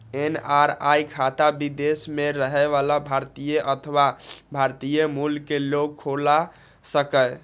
NRI खाता विदेश मे रहै बला भारतीय अथवा भारतीय मूल के लोग खोला सकैए